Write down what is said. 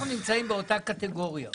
אנחנו נמצאים באותה קטגוריה.